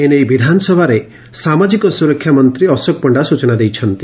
ଏନେଇ ବିଧାନସଭାରେ ସାମାଜିକ ସୁରକ୍ଷା ମନ୍ତୀ ଅଶୋକ ପଣ୍ଡା ସୂଚନା ଦେଇଛନ୍ତି